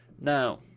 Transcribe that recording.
Now